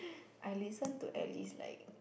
I listen to at least like